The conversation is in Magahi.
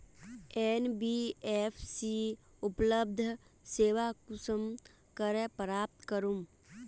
एन.बी.एफ.सी उपलब्ध सेवा कुंसम करे प्राप्त करूम?